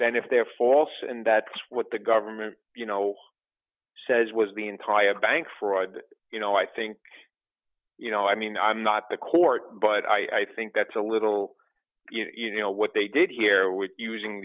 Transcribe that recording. then if they're false and that's what the government you know says was the entire bank fraud you know i think you know i mean i'm not the court but i think that's a little you know what they did here w